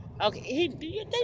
Okay